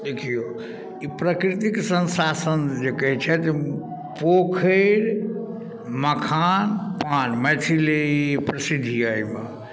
देखिऔ ई प्रकृतिके संसाधन जे कहैत छथि पोखरि मखान पान मैथिल लेल ई प्रसिद्ध यए एहिमे